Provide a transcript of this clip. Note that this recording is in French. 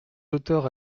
auteurs